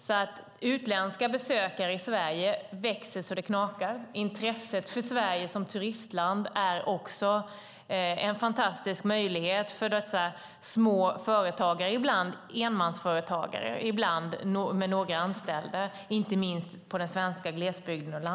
Antalet utländska besökare i Sverige växer alltså så det knakar, och intresset för Sverige som turistland är en fantastisk möjlighet för dessa små företagare - ibland är de enmansföretagare, och ibland har de några anställda - inte minst i den svenska glesbygden.